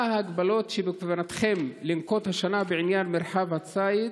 1. מה ההגבלות שבכוונתכם לנקוט השנה בעניין מרחב הציד?